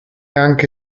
anche